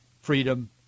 freedom